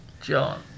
John